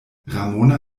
ramona